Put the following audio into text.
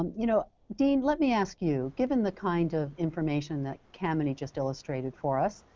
um you know, dean let me ask you given the kind of information that kamini just illustrated for us,